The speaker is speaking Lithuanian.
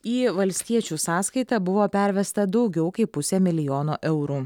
į valstiečių sąskaitą buvo pervesta daugiau kaip pusė milijono eurų